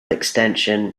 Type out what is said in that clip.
extension